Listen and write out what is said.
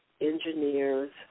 engineers